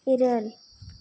ᱤᱨᱟᱹᱞ